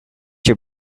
your